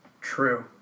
True